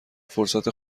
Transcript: فرصت